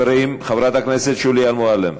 חברים, חברת הכנסת שולי מועלם,